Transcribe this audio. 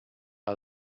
out